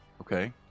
Okay